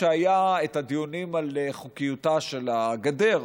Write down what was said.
כשהיו הדיונים על חוקיותה של הגדר,